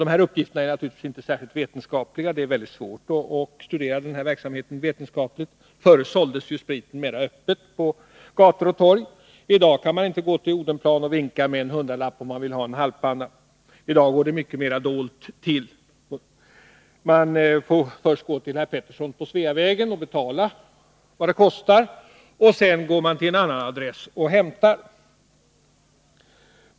Dessa uppgifter är naturligtvis inte särskilt vetenskapliga — det är mycket svårt att studera denna verksamhet vetenskapligt. Förut såldes spriten mera öppet på gator och torg. I dag kan man inte gå till Odenplan och vinka med en hundralapp om man vill ha en halvpanna, utan i dag går det mycket mera dolt till. Man får först gå till herr Pettersson på Sveavägen och betala vad det kostar, och sedan går man till en annan adress och hämtar.